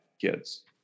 kids